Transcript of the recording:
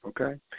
okay